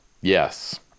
yes